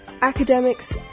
academics